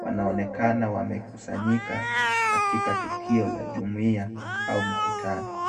Wanaonekana wamekusanyika katika tukio la jumuia au mkutano.